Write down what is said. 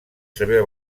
saber